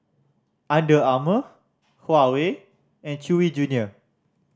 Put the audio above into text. Under Armour Huawei and Chewy Junior